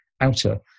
outer